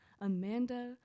Amanda